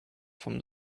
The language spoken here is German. vom